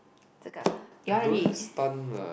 这个 you want to read